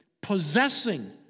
Possessing